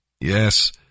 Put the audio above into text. YES